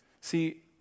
See